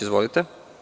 Izvolite.